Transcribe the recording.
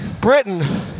Britain